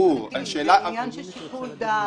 זה עניין של שיקול דעת.